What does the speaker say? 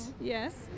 Yes